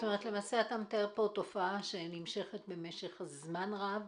כלומר אתה מתאר פה תופעה שנמשכת זמן רב,